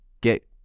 get